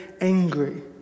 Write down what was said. angry